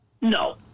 No